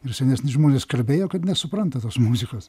ir senesni žmonės kalbėjo kad nesupranta tos muzikos